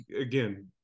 again